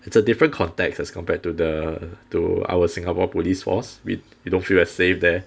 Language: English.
it's a different context as compared to the to our singapore police force we we don't feel as safe there